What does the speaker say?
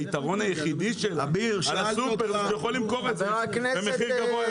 היתרון היחיד שלו על הסופר זה שהוא יכול למכור את זה במחיר גבוה יותר.